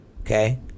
okay